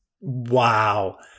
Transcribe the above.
Wow